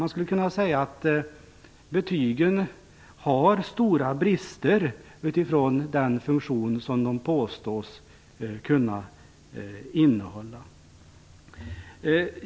Man skulle kunna säga att betygen har stora brister utifrån den funktion som de påstås kunna uppfylla.